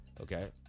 Okay